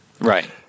Right